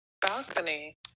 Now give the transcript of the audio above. balcony